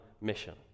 mission